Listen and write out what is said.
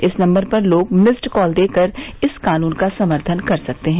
इस नम्बर पर लोग मिस्ड कॉल देकर इस कानून का समर्थन कर सकते हैं